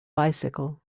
bicycle